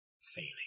failing